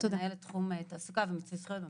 מנהלת תחום תעסוקה ומיצוי זכויות במשרד.